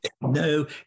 No